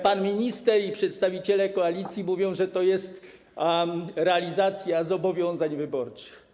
Pan minister i przedstawiciele koalicji mówią, że to jest realizacja zobowiązań wyborczych.